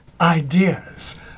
Ideas